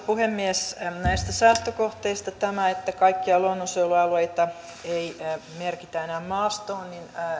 puhemies näistä säästökohteista tämä että kaikkia luonnonsuojelualueita ei merkitä enää maastoon on